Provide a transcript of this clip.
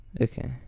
okay